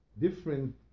different